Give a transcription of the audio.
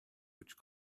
which